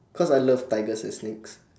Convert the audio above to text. cause I love tigers and snakes